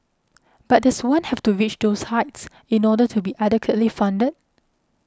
but does one have to reach those heights in order to be adequately funded